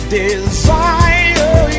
desire